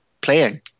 playing